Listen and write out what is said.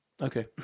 Okay